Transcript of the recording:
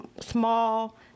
small